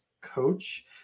coach